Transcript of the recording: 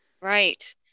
right